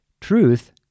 Truth